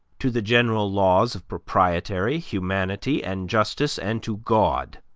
to the general laws of propriety, humanity, and justice, and to god.